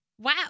Wow